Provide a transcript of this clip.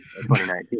2019